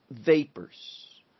vapors